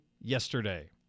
yesterday